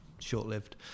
Short-lived